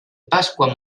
pasqua